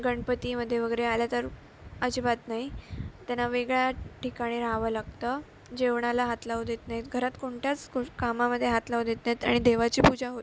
गणपतीमध्ये वगैरे आल्या तर अजिबात नाही त्यांना वेगळ्या ठिकाणी राहावं लागतं जेवणाला हात लावू देत नाहीत घरात कोणत्याच गोष कामामध्ये हात लावू देत नाहीत आणि देवाची पूजा होत नाही